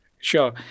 Sure